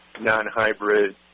non-hybrid